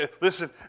listen